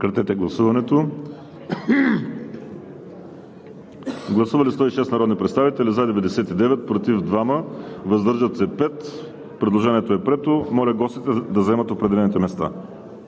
Симеонов. Гласували 106 народни представители: за 99, против 2, въздържали се 5. Предложението е прието. Моля гостите да заемат определените места.